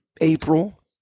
April